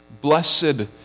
Blessed